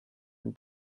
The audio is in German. ein